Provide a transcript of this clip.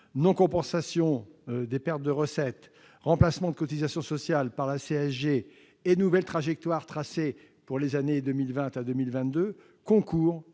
non-compensation des pertes de recettes, le remplacement de cotisations sociales par la CSG et la nouvelle trajectoire tracée pour les années 2020 à 2022. Il est